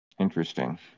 Interesting